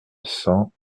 cent